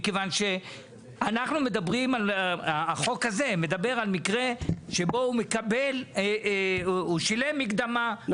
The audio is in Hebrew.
מכיוון שהחוק הזה מדבר על מקרה שבו הוא שילם מקדמה,